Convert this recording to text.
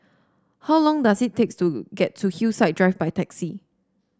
how long does it take to get to Hillside Drive by taxi